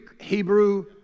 Hebrew